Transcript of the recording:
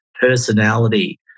personality